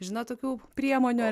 žinot tokių priemonių